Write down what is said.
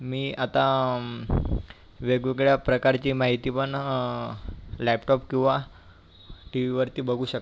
मी आता वेगवेगळ्या प्रकारची माहिती पण लॅपटॉप किंवा टी व्हीवरती बघू शकतो